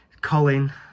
Colin